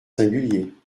singulier